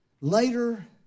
later